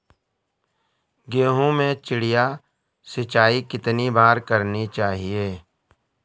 गेहूँ में चिड़िया सिंचाई कितनी बार करनी चाहिए?